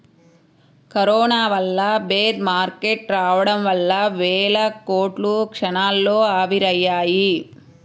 corona వల్ల bear market రావడం వల్ల వేల కోట్లు క్షణాల్లో ఆవిరయ్యాయి